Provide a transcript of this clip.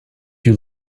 you